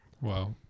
Wow